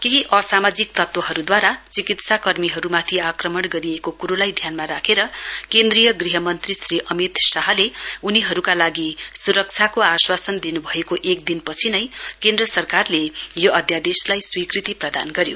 केही असामाजिक तत्वहरूद्वारा चिकित्सा कर्मीहरूमाथि आक्रमण गरिएको कुरोलाई ध्यानमा राखेर केन्द्रीय मन्त्री श्री अमित शाहले उनीहरूका लागि सुरक्षाको आश्वासन दिनुभएको एक दिन पछि नै केन्द्र सरकारले यो अध्यादेशलाई स्वीकृति प्रदान गर्यो